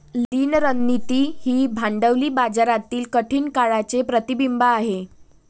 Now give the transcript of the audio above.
लीन रणनीती ही भांडवली बाजारातील कठीण काळाचे प्रतिबिंब आहे